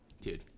dude